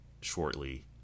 shortly